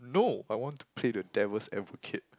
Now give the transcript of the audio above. no I want to play the devils advocate